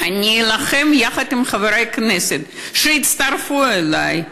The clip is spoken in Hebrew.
אני אלחם, יחד עם חברי הכנסת שיצטרפו אלי,